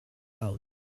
out